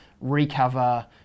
recover